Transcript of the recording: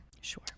Sure